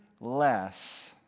less